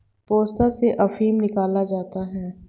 पोस्ता से अफीम निकाला जाता है